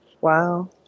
Wow